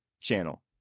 channel